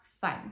fun